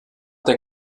der